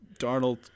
Darnold